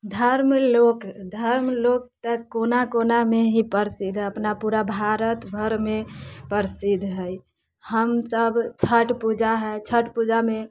धर्म लोक धर्म लोककेँ कोना कोनामे ही प्रसिद्ध है अपना पूरा भारत भरमे प्रसिद्ध है हम सभ छठि पूजा है छठ पूजामे